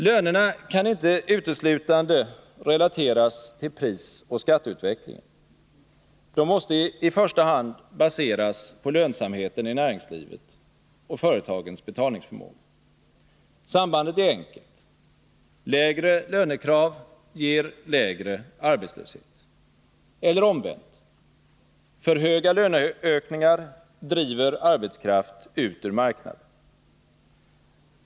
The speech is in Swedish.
Lönerna kan inte uteslutande relateras till prisoch skatteutvecklingen; de måste i första hand baseras på lönsamheten i näringslivet och företagens betalningsförmåga. Sambandet är enkelt: Lägre lönekrav ger lägre arbetslöshet. Eller omvänt: För höga löneökningar driver arbetskraft ut ur 57 marknaden.